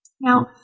Now